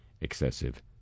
excessive